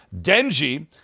Denji